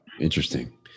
Interesting